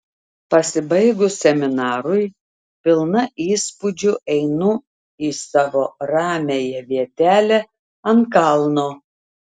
pasibaigus seminarui pilna įspūdžių einu į savo ramiąją vietelę ant kalno